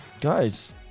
guys